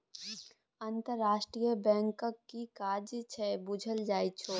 अंतरराष्ट्रीय बैंकक कि काज छै बुझल छौ?